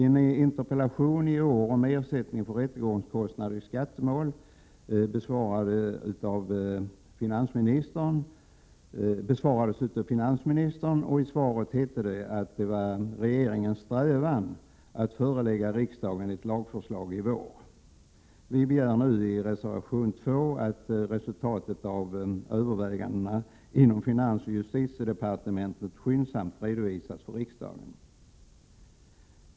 En interpellation i år om ersättning för rättegångskostnader i skattemål besvarades av finansministern, och i svaret hette det att det var regeringens strävan att förelägga riksdagen ett lagförslag i vår. Vi begär nu i reservation 2 att resultatet av övervägandena inom finansoch justitiedepartementen skyndsamt redovisas för riksdagen.